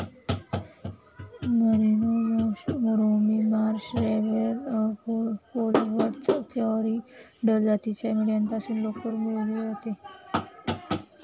merino, Romney Marsh, Rambouillet, Polwarth, Corriedale जातीच्या मेंढ्यांपासून लोकर मिळवली जाते